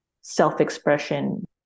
self-expression